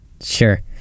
sure